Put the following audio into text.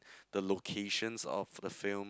the locations of the film